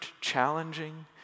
challenging